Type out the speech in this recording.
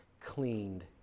cleaned